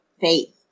faith